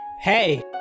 Hey